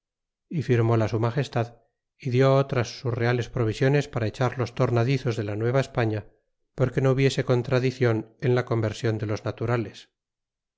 y firmóla su magestad y dió otras sus reales provisiones para echar los tornadizos de la nueva españa porque no hubiese contradi clon en la conversion de los naturales